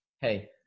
Hey